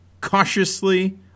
cautiously